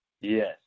Yes